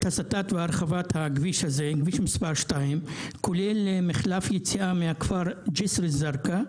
הסטת והרחבת הכביש הזה כולל מחלף יציאה מהכפר ג'סר א-זרקא,